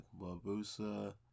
Barbosa